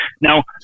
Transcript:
Now